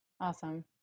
Awesome